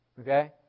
Okay